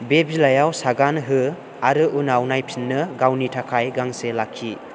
बे बिलाइयाव सागान हो आरो उनाव नायफिननो गावनि थाखाय गांसे लाखि